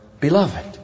beloved